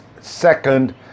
second